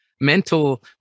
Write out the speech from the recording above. mental